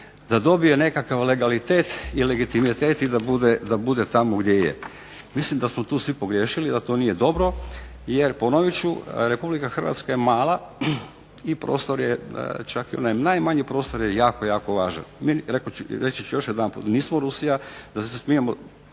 da dobije nekakav legalitet i legitimitet i da bude tamo gdje je. Mislim da smo tu svi pogriješili, da to nije dobro jer ponovit ću. Republika Hrvatska je mala i prostor je, čak i onaj najmanji prostor je jako, jako važan. Reći ću još jedanput. Nismo Rusija da se smijemo,